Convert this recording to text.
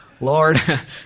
Lord